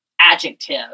adjective